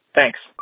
Thanks